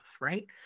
right